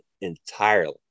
entirely